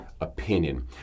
opinion